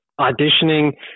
auditioning